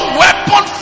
weapon